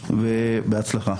בהצלחה.